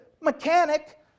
mechanic